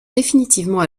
définitivement